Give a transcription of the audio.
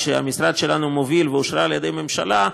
שהמשרד שלנו מוביל ואושרה על ידי הממשלה,